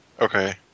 Okay